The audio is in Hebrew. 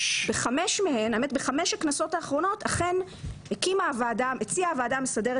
בחמש הכנסות האחרונות אכן הציעה הוועדה המסדרת